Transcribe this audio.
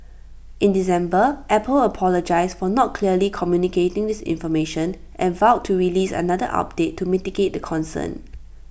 in December Apple apologised for not clearly communicating this information and vowed to release another update to mitigate the concern